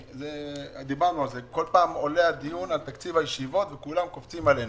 בכל פעם עולה דיון על תקציב הישיבות וכולם קופצים עלינו.